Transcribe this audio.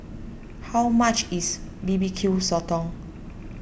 how much is B B Q Sotong